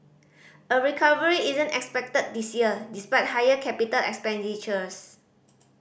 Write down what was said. a recovery isn't expected this year despite higher capital expenditures